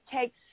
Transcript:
takes